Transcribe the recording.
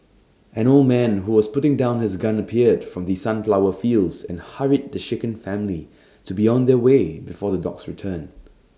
an old man who was putting down his gun appeared from the sunflower fields and hurried the shaken family to be on their way before the dogs return